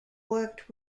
worked